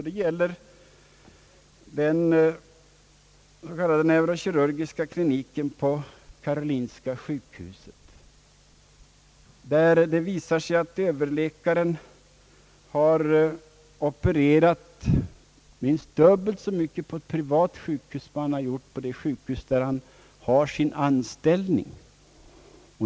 Det gäller den neurokirurgiska kliniken på karolinska sjukhuset, där det visar sig att överläkaren har opererat minst dubbelt så mycket på ett privat sjukhus som på det sjukhus där han har sin anställning.